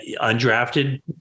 undrafted